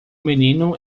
menino